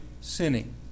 sinning